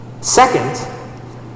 Second